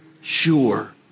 sure